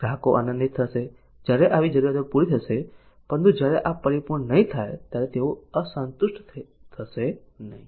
ગ્રાહકો આનંદિત થશે જ્યારે આવી જરૂરિયાતો પૂરી થશે પરંતુ જ્યારે આ પરિપૂર્ણ નહીં થાય ત્યારે તેઓ અસંતુષ્ટ થશે નહીં